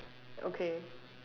okay